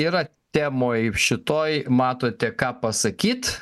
yra temoj šitoj matote ką pasakyt